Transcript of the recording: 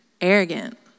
Arrogant